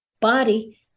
body